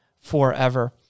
forever